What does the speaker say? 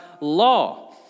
law